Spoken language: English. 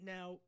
Now